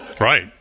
Right